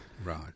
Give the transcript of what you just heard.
Right